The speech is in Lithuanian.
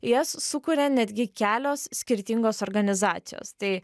jas sukuria netgi kelios skirtingos organizacijos tai